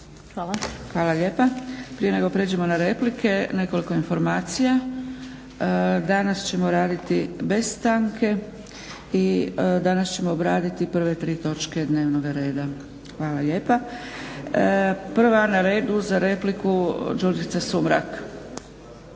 (SDP)** Hvala lijepa. Prije nego prijeđemo na replike nekoliko informacija. Danas ćemo raditi bez stanke i danas ćemo obraditi prve tri točke dnevnoga reda. Hvala lijepa. Prva na redu za repliku Đurđica Sumrak.